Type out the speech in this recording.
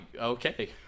okay